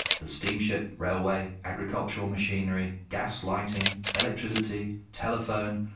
the steamship, railway, agricultural machinery, gas lighting, electricity, telephone,